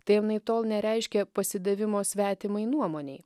tai anaiptol nereiškia pasidavimo svetimai nuomonei